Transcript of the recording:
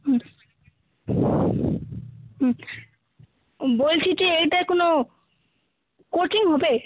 হুম হুম বলছি যে এটা কোনো কোচিং হবে